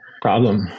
problem